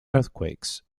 earthquakes